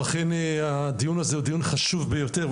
אכן הדיון הזה הוא דיון חשוב ביותר,